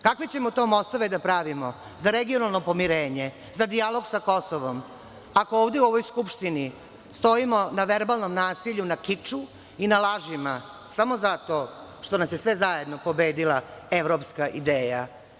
Kakve ćemo to mostove da pravimo za regionalno pomirenje, za dijalog sa Kosovom, ako ovde u ovoj Skupštini stojimo na verbalnom nasilju, na kiču i na lažima samo zato što nas je sve zajedno pobedila evropska ideja?